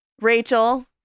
Rachel